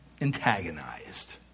antagonized